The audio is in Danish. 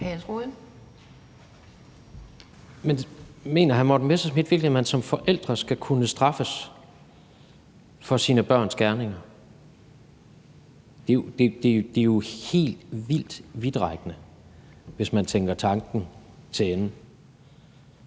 Mener hr. Morten Messerschmidt virkelig, at man som forælder skal kunne straffes for ens børns gerninger? Det er jo helt vildt vidtrækkende, hvis man tænker tanken til ende.